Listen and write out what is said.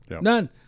none